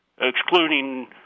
excluding